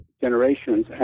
generations